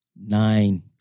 nine